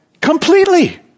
Completely